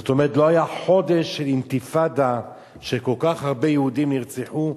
זה אומר שלא היה חודש של אינתיפאדה שכל כך הרבה יהודים נרצחו,